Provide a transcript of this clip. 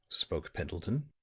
spoke pendleton.